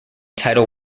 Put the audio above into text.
title